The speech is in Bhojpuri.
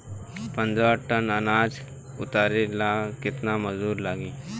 पन्द्रह टन अनाज उतारे ला केतना मजदूर लागी?